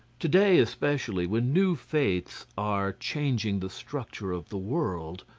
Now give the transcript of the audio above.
to-day, especially, when new faiths are changing the structure of the world,